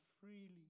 freely